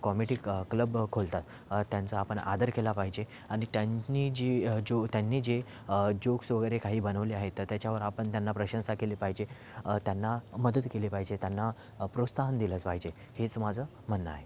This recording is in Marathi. कॉमेडी क्लब खोलतात त्यांचा आपण आदर केला पाहिजे आणि त्यांनी जी जो त्यांनी जे जोक्स वगैरे काही बनवले आहेत तर त्याच्यावर आपण त्यांना प्रशंसा केली पाहिजे त्यांना मदत केली पाहिजे त्यांना प्रोत्साहन दिलंच पाहिजे हेच माझं म्हणणं आहे